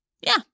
Yeah